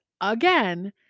again